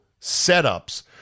setups